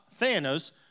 Thanos